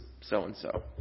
so-and-so